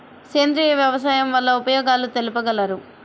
సేంద్రియ వ్యవసాయం వల్ల ఉపయోగాలు తెలుపగలరు?